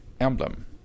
emblem